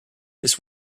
this